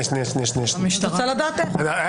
אני רוצה לדעת איך.